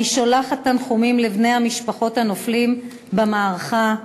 אני שולחת תנחומים לבני משפחות הנופלים במערכה.